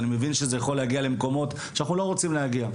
אני מבין שזה יכול להגיע למקומות שאנחנו לא רוצים להגיע,